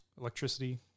electricity